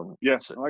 yes